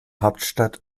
hauptstadt